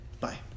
Bye